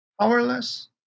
powerless